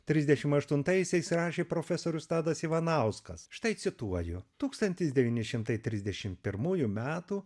trisdešim aštuntaisiais rašė profesorius tadas ivanauskas štai cituoju tūkstantis devyni šimtai trisdešim pirmųjų metų